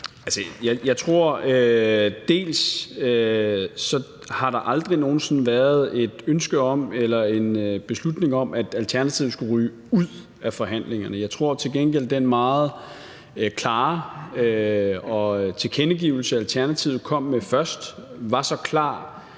eller en beslutning om, at Alternativet skulle ryge ud af forhandlingerne. Jeg tror til gengæld, at den meget klare tilkendegivelse, Alternativet kom med først, var så klar,